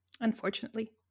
Unfortunately